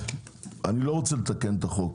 אני לא רוצה לתקן את החוק.